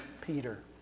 Peter